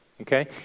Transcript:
okay